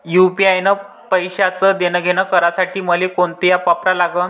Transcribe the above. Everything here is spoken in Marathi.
यू.पी.आय न पैशाचं देणंघेणं करासाठी मले कोनते ॲप वापरा लागन?